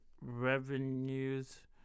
revenues